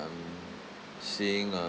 um seeing